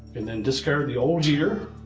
and then discard the old gear.